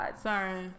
sorry